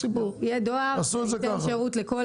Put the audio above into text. צריך לתת שירות לכל